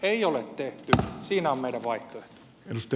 ei ole tehty siinä on meidän vaihtoehtomme